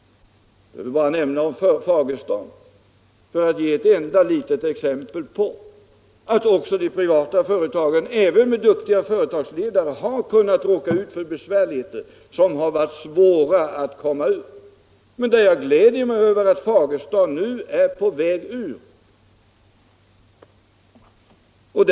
Jag behöver bara nämna Fagersta för att ge ett enda litet exempel på att också de privata företagen, även med duktiga företagsledare, har kunnat råka ut för besvärligheter som varit svåra att komma ur, men som jag gläder mig åt att man i Fagersta nu är på väg ut ur.